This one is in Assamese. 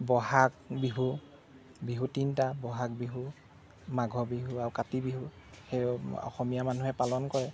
ব'হাগ বিহু বিহু তিনিটা বহাগ বিহু মাঘৰ বিহু আৰু কাতি বিহু অসমীয়া মানুহে পালন কৰে